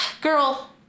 girl